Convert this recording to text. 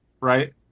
right